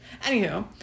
Anywho